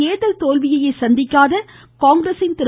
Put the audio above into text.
தேர்தல் தோல்வியையே சந்திக்காத காங்கிரஸின் இதுவரை திரு